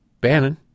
Bannon